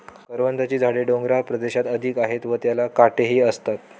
करवंदाची झाडे डोंगराळ प्रदेशात अधिक आहेत व त्याला काटेही असतात